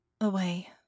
Away